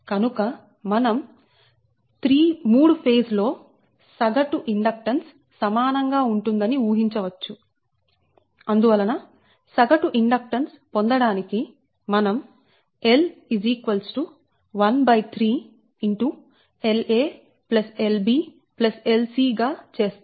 కనుక మనం 3 ఫేజ్ లో సగటు ఇండక్టెన్స్ సమానం గా ఉంటుందని ఊహించవచ్చు అందువలన సగటు ఇండక్టెన్స్ పొందడానికి మనం L ⅓La Lb Lcగా చేస్తాం